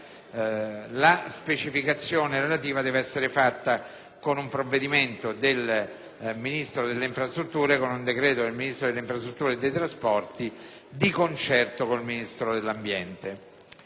La specificazione relativa deve essere fatta con un decreto del Ministro delle infrastrutture e dei trasporti, di concerto con il Ministro dell'ambiente.